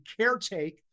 caretake